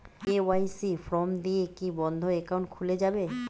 KYC form দিয়ে কি বন্ধ একাউন্ট খুলে যাবে?